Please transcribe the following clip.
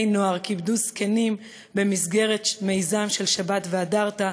נוער כיבדו זקנים במסגרת מיזם של שבת "והדרת",